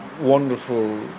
wonderful